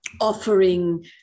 offering